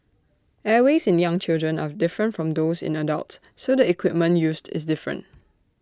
airways in young children are different from those in adults so the equipment used is different